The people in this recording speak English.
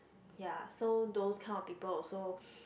ya so those kind of people also